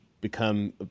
become